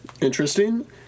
interesting